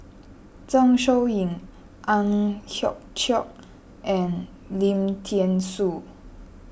Zeng Shouyin Ang Hiong Chiok and Lim thean Soo